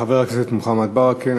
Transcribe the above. תודה רבה לחבר הכנסת מוחמד ברכה.